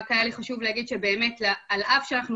היה לי חשוב להגיד שבאמת על אף שאנחנו